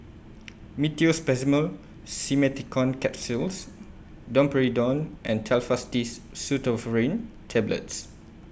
Meteospasmyl Simeticone Capsules Domperidone and Telfast Diss Pseudoephrine Tablets